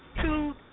Two